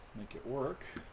make it work